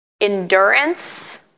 endurance